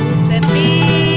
send me